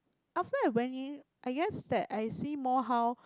after I went in I guess that I see more how